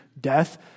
death